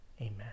amen